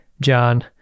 John